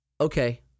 Okay